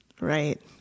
right